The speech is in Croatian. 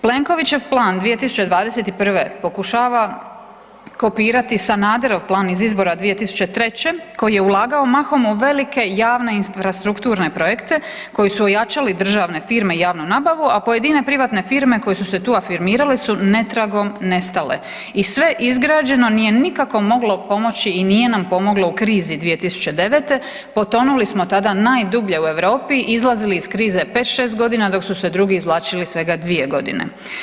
Plenkovićev plan 2021.pokušava kopirati Sanaderov plan iz izbora 2003., koji je ulagao mahom u velike i javne infrastrukturne projekte koji su ojačali državne firme i javnu nabavu, a pojedine privatne firme koje su se tu afirmirale su netragom nestale i sve izgrađeno nije nikako moglo pomoći i nije nam pomoglo u krize 2009., potonuli smo tada najdublje u Europi, izlazili iz krize pet, šest godina dok su se drugi izvlačili svega dvije godine.